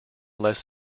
less